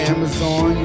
Amazon